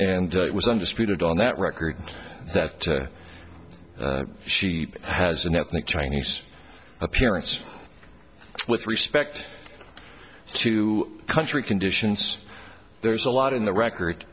and it was understood on that record that she has an ethnic chinese appearance with respect to country conditions there's a lot in the record